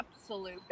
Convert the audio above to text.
absolute